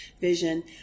vision